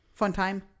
Funtime